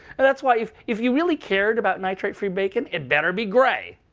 and that's why if if you really cared about nitrate free bacon, it better be gray.